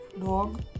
dog